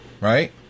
Right